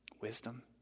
wisdom